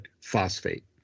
phosphate